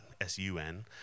S-U-N